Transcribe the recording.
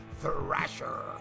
Thrasher